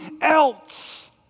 else